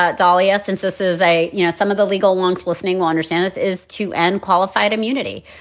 ah dalia, since this is a, you know, some of the legal ones listening, we understand this is to end qualified immunity.